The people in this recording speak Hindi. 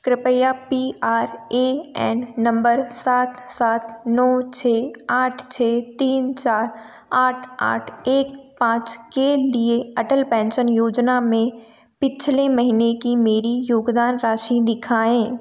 कृपया पी आर ए एन नंबर सात सात नौ छः आठ छः तीन चार आठ आठ एक पाँच के लिए अटल पेंशन योजना में पिछले महीने की मेरी योगदान राशि दिखाएँ